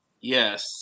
yes